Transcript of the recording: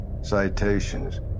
Citations